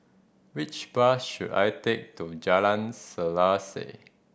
which bus should I take to Jalan Selaseh